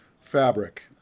fabric